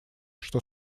что